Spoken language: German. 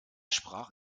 sprach